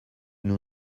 nous